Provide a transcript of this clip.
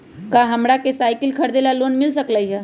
का हमरा के साईकिल खरीदे ला लोन मिल सकलई ह?